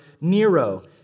Nero